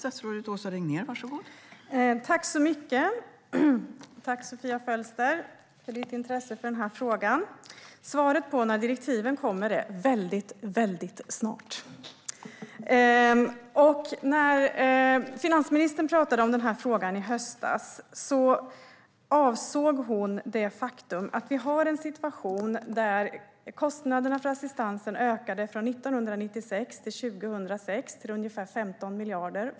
Fru ålderspresident! Tack, Sofia Fölster, för ditt intresse för den här frågan! Svaret på när direktiven kommer är: Väldigt, väldigt snart. När finansministern i höstas pratade om den här frågan avsåg hon det faktum att kostnaderna för assistansen ökade från 1996 till 2006 till ungefär 15 miljarder.